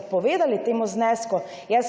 odpovedali temu znesku,